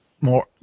more, –